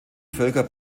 völker